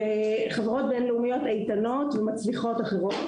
זה חברות בין לאומיות איתנות ומצליחות אחרות